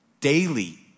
daily